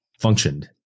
functioned